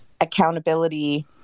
accountability